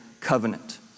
Covenant